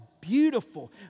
beautiful